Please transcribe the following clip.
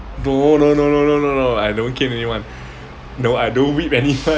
no no no no no no no I don't cane anyone no I don't win any one